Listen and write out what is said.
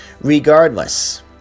regardless